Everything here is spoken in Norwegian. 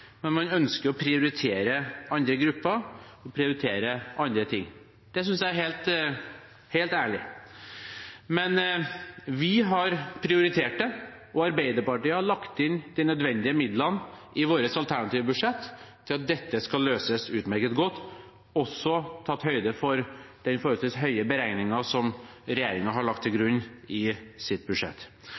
men man ønsker å prioritere andre grupper, andre ting. Det synes jeg er helt ærlig. Men Arbeiderpartiet har prioritert det. Vi har i vårt alternative budsjett lagt inn de nødvendige midlene til at dette skal kunne løses utmerket godt, og også tatt høyde for den forholdsvis høye beregningen som regjeringen har lagt til grunn i sitt budsjett.